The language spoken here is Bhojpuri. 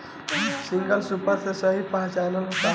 सिंगल सूपर के सही पहचान का होला?